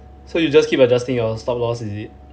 so you just keep adjusting your stock loss is it